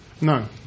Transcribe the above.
No